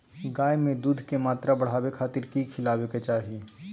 गाय में दूध के मात्रा बढ़ावे खातिर कि खिलावे के चाही?